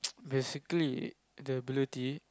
basically the ability